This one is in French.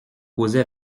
causer